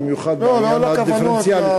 במיוחד בעניין הדיפרנציאלי.